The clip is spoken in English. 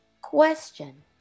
Question